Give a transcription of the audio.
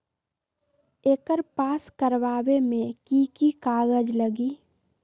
एकर पास करवावे मे की की कागज लगी?